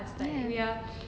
ya